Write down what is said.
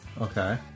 Okay